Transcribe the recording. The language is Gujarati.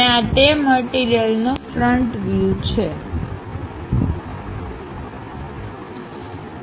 અને આ તે મટીરીયલનો ફ્રન્ટ વ્યુછે